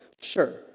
Sure